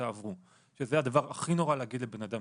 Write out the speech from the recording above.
אנחנו נחזור לזה.